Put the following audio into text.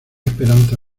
esperanza